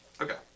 Okay